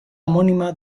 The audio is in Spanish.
homónima